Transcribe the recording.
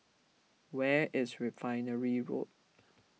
where is Refinery Road